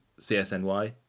CSNY